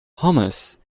hummus